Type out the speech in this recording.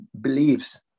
beliefs